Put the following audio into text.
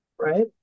right